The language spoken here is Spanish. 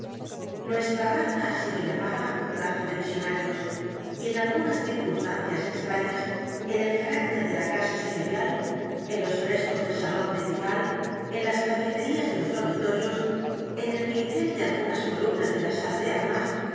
nuestra raza h a sido llamada raza de visionarios y en algunas circunstancias extrañas en el carácter de la casa señorial en los frescos del salón principal en las tapicerías de los dormitorios en el cincel de algunas columnas de la sala de